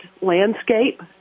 landscape